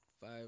five